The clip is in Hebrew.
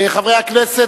חברי הכנסת,